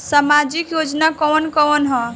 सामाजिक योजना कवन कवन ह?